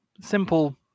Simple